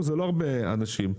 הם מעט אנשים.